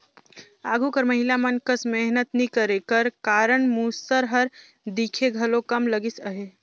आघु कर महिला मन कस मेहनत नी करे कर कारन मूसर हर दिखे घलो कम लगिस अहे